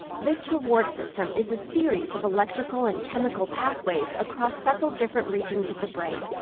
this reward system is a series of electrical and chemical pathways across several different regions of the brain.